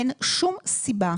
אין שום סיבה,